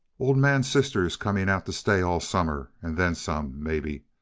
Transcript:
old man's sister's coming out to stay all summer and then some, maybe.